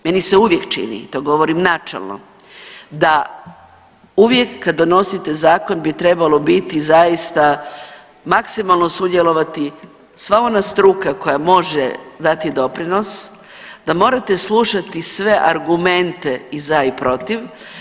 Meni se uvijek čini i to govorim načelno da uvijek kada donosite zakon bi trebalo biti zaista maksimalno sudjelovati sva ona struka koja može dati doprinos, da morate slušati sve argumente i za i protiv.